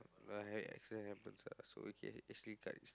have accident happens what so you can actually cut